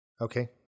okay